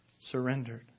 surrendered